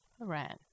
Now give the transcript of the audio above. Iran